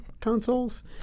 consoles